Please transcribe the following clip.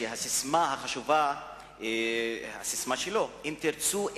שהססמה החשובה שלו היתה "אם תרצו,